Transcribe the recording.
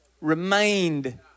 remained